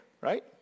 right